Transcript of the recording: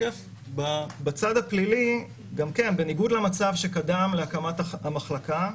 בצד הפלילי גם כן, בניגוד למצב שקדם להקמת המחלקה,